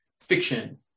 fiction